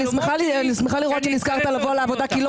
אני שמחה לראות שנזכרת לבוא לעבודה כי לא